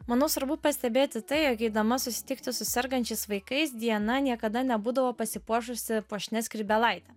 manau svarbu pastebėti tai jog eidama susitikti su sergančiais vaikais diena niekada nebūdavo pasipuošusi puošnia skrybėlaite